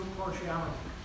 partiality